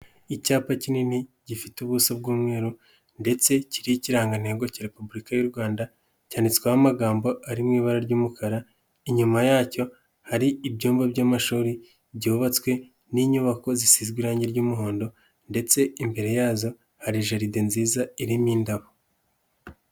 Icyapa kinini gifite ubuso bw'umweru ndetse kiriho ikirangantego cya Repubulika y'u Rwanda cyanditsweho amagambo ari mu ibara ry'umukara, inyuma yacyo hari ibyumba by'amashuri byubatswe n'inyubako zisize irangi ry'umuhondo ndetse imbere yazo jaride nziza iririmo indabo.